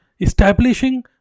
establishing